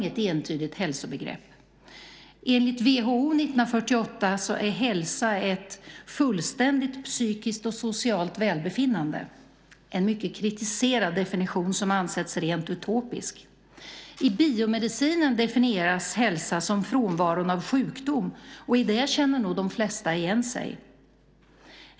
Fru talman! "Har du hälsan, visst roar det mig" sjunger jag ibland. Vad som i visan menas med hälsa vet jag dock inte. Det är inte ett begrepp som är fastställt på ett sätt som gör det säkert att tala om. Vi har inget entydigt hälsobegrepp. Enligt WHO:s definition från 1946 är hälsa ett fullständigt fysiskt, psykiskt och socialt välbefinnande - en mycket kritiserad definition som ansetts rent utopisk. I biomedicinen definieras hälsa som frånvaron av sjukdom, och i det känner nog de flesta igen sig.